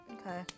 Okay